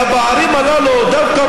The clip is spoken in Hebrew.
קודם כול,